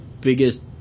biggest